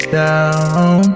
down